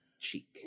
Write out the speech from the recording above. cheek